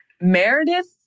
Meredith